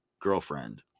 girlfriend